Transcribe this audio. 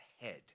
head